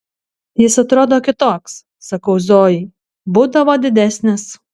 jis atrodo kitoks sakau zojai būdavo didesnis